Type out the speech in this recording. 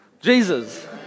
Jesus